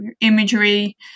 imagery